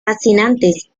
fascinantes